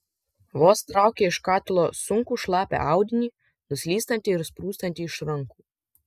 vos traukė iš katilo sunkų šlapią audinį nuslystantį ir sprūstantį iš rankų